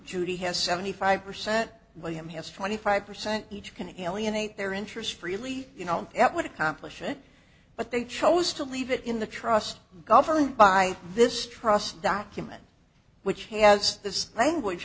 judy has seventy five percent william has forty five percent each can alienate their interest freely you know that would accomplish it but they chose to leave it in the trust governed by this trust document which has this language